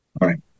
right